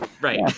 Right